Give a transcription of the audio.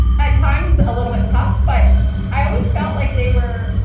at times a little bit tough, but i always felt like they were